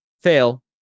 fail